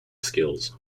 skills